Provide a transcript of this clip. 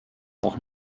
auch